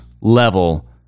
level